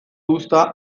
uzta